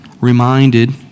reminded